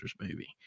movie